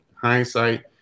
hindsight